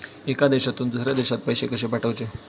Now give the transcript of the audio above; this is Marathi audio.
एका देशातून दुसऱ्या देशात पैसे कशे पाठवचे?